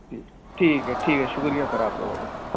ٹھیک ٹھیک ہے شکریہ سر آپ کا بہت بہت